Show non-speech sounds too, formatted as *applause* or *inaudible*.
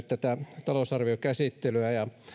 *unintelligible* tätä talousarviokäsittelyä ja